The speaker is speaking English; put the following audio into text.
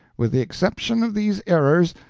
with the exception of these errors,